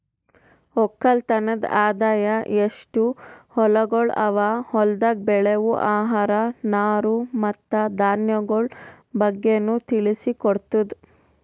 ಒಕ್ಕಲತನದ್ ಆದಾಯ, ಎಸ್ಟು ಹೊಲಗೊಳ್ ಅವಾ, ಹೊಲ್ದಾಗ್ ಬೆಳೆವು ಆಹಾರ, ನಾರು ಮತ್ತ ಧಾನ್ಯಗೊಳ್ ಬಗ್ಗೆನು ತಿಳಿಸಿ ಕೊಡ್ತುದ್